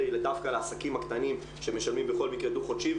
היא דווקא לעסקים הקטנים שמשלמים בכל מקרה דו-חודשי,